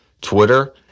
Twitter